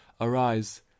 Arise